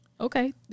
Okay